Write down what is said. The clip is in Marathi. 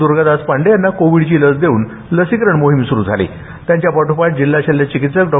द्र्गादास पांडे यांना कोविडची लस टोचून लसीकरण मोहीम सुरू झाली त्यांच्या पाठोपाठ जिल्हा शल्यचिकित्सक डॉ